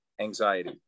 anxiety